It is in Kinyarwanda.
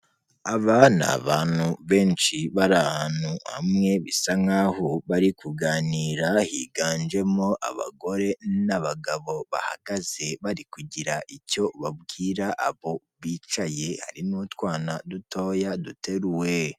Aba ni benshi bari ahantu hamwe, bisa nkaho bari kuganira, higanjemo abagore n'abagabo bahagaze bari kugira icyo babwira abo bicaye, hari n'utwana dutoya duteru uwe.